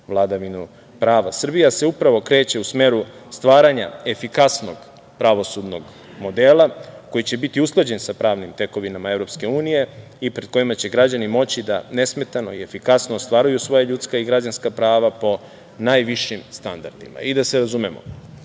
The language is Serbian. vladavinu prava. Srbija se upravo kreće u smeru stvaranja efikasnog pravosudnog modela koji će biti usklađen sa pravnim tekovinama EU i pred kojima će građani moći da nesmetano i efikasno ostvaruju svoja ljudska i građanska prava po najvišim standardima. Da se razumemo,